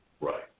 Right